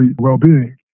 well-being